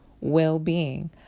well-being